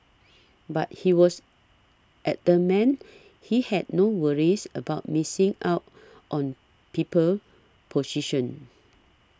but he was adamant he had no worries about missing out on people position